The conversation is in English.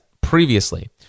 previously